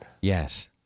Yes